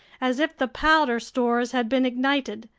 as if the powder stores had been ignited.